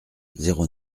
zéro